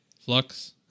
Flux